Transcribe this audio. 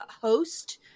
host